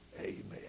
Amen